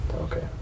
okay